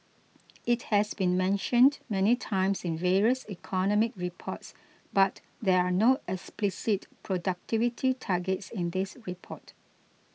it has been mentioned many times in various economic reports but there are no explicit productivity targets in this report